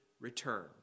return